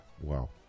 Wow